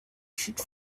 should